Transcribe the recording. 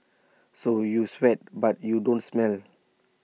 so you sweat but you don't smell